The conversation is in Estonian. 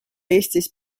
eestis